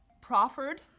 Proffered